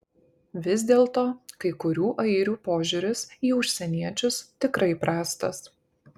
vis dėlto kai kurių airių požiūris į užsieniečius tikrai prastas